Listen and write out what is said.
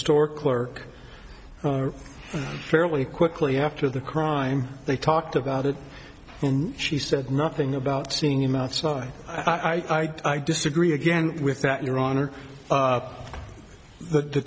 store clerk fairly quickly after the crime they talked about it and she said nothing about seeing him outside i disagree again with that your honor the t